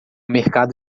mercado